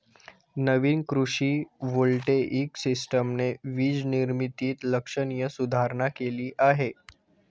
नवीन कृषी व्होल्टेइक सिस्टमने वीज निर्मितीत लक्षणीय सुधारणा केली आहे